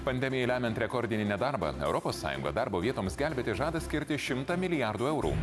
pandemijai lemiant rekordinį nedarbą europos sąjungoja darbo vietoms gelbėti žada skirti šimtą milijardų eurų